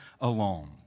alone